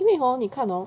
因为 hor 你看 hor